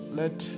let